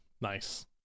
Nice